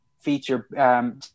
feature